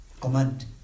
command